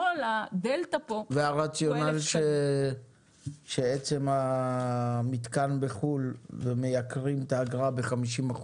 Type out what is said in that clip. והרציונל שעצם המתקן בחו"ל ומייקרים את האגרה ב-50%,